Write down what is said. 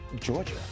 Georgia